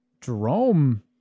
Jerome